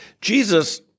Jesus